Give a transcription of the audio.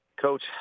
Coach